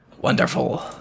Wonderful